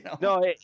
no